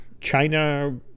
China